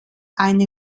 eine